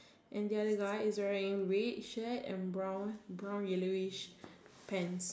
and the other guy is wearing red shirt and brown brown yellowish pants